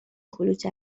کلوچه